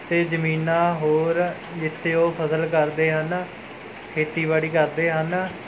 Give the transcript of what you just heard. ਅਤੇ ਜ਼ਮੀਨਾਂ ਹੋਰ ਜਿੱਥੇ ਉਹ ਫਸਲ ਕਰਦੇ ਹਨ ਖੇਤੀਬਾੜੀ ਕਰਦੇ ਹਨ